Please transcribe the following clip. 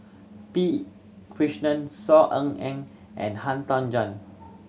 P Krishnan Saw Ean Ang and Han Tan Juan